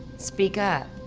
speak up.